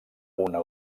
una